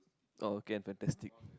oh okay and fantastic